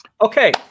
Okay